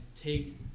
take